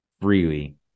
freely